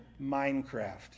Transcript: Minecraft